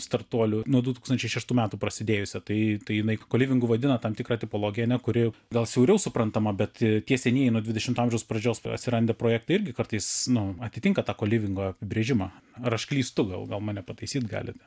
startuolių nuo du tūkstančiai šeštų metų prasidėjusią tai tai jinai kolivingu vadina tam tikrą tipologiją ane kuri gal siauriau suprantama bet tie senieji nuo dvidešimto amžiaus pradžios atsiradę projektai irgi kartais nu atitinka tą kolivingo apibrėžimą ar aš klystu gal gal mane pataisyt galit